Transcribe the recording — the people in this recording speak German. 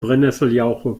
brennesseljauche